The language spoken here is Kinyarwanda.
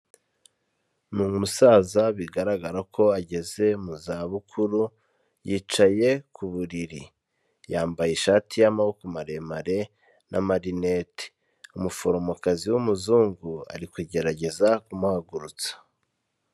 Ni umusaza bigaragara ko ageze mu za bukuru yicaye ku buriri, yambaye ishati y'amaboko maremare n'amarinete, umuforomokazi w'umuzungu ari kugerageza kumuhagurutsa.